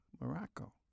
Morocco